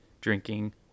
drinking